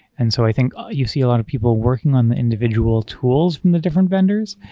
and so i think you see a lot of people working on the individual tools from the different vendors,